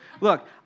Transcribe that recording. Look